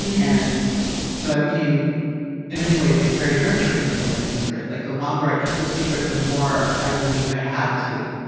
and so i became in many ways very nurturing of my secret. like the longer i kept a secret, the more i believed i had to.